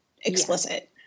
explicit